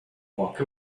walk